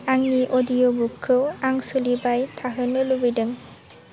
आंनि अदिय'बुकखौ आं सोलिबाय थाहोनो लुगैदों